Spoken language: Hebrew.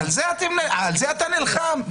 על זה אתה נלחם?